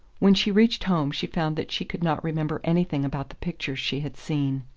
when she reached home she found that she could not remember anything about the pictures she had seen.